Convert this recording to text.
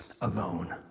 alone